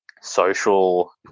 social